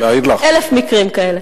1,000 מקרים כאלה.